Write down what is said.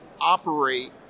operate